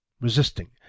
resisting